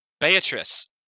Beatrice